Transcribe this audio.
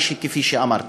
כפי שאמרתי.